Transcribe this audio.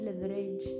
leverage